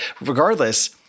regardless